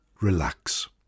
Relax